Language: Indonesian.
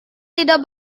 tidak